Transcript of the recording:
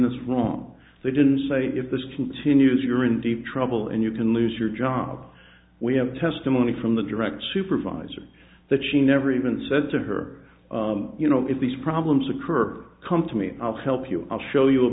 this wrong they didn't say if this continues you're in deep trouble and you can lose your job we have testimony from the direct supervisor that she never even said to her you know if these problems occur come to me i'll help you i'll show you a